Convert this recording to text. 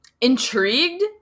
intrigued